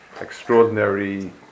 extraordinary